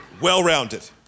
Well-rounded